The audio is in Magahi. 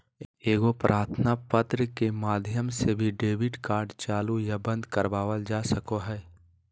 एगो प्रार्थना पत्र के माध्यम से भी डेबिट कार्ड चालू या बंद करवावल जा सको हय